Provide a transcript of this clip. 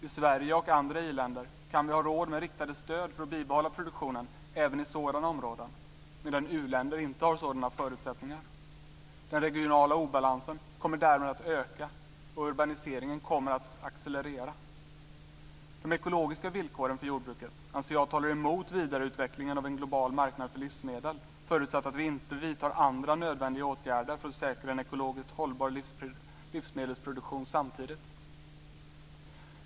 I Sverige och andra i-länder kan vi ha råd med riktade stöd för att bibehålla produktionen även i sådana områden, medan uländer inte har sådana förutsättningar. Den regionala obalansen kommer därmed att öka, och urbaniseringen kommer att accelerera. De ekologiska villkoren för jordbruket anser jag talar emot vidareutvecklingen av en global marknad för livsmedel, förutsatt att vi inte vidtar andra nödvändiga åtgärder för att säkra en ekologiskt hållbar livsmedelsproduktion samtidigt.